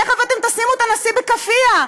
תכף אתם תשימו את הנשיא בכאפיה,